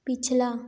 पिछला